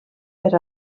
per